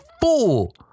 fool